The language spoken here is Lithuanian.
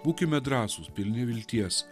būkime drąsūs pilni vilties